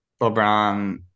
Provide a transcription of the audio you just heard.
LeBron